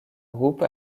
groupe